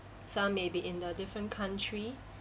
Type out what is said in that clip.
some maybe in a different country